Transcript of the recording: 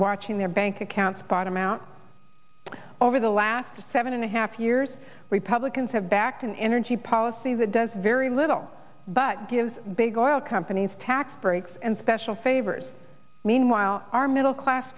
watching their bank accounts bottom out over the last seven and a half years republicans have backed an energy policy that does very little but gives big oil companies tax breaks and special favors meanwhile our middle class